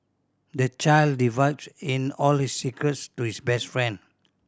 the child divulged in all his secrets to his best friend